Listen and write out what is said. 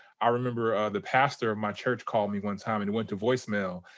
i remember the pastor of my church called me one time and it went to voicemail.